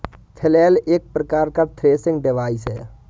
flail एक प्रकार का थ्रेसिंग डिवाइस है